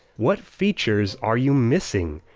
what features are you missing,